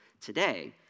today